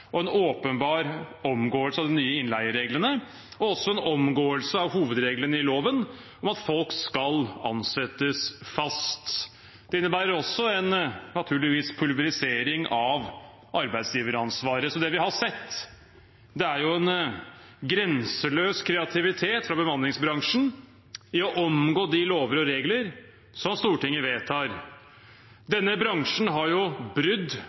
en åpenbar omgåelse av de nye innleiereglene og også en omgåelse av hovedregelen i loven om at folk skal ansettes fast. Det innebærer naturligvis også en pulverisering av arbeidsgiveransvaret. Så det vi har sett, er en grenseløs kreativitet fra bemanningsbransjen i å omgå de lover og regler som Stortinget vedtar. Denne bransjen har brudd